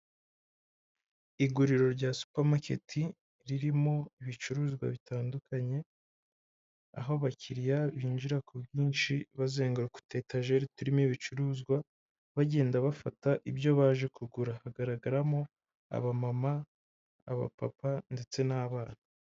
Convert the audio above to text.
Iguriro rya supa maketi ririmo ibicuruzwa bitandukanye, aho abakiriya binjira ko bwinshi bazenguruka utuyetajeri turimo ibicuruzwa. Bagenda bafata ibyo baje kugura hagaragaramo abamama, abapapa ndetse n'abana.